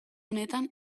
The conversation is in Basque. honetan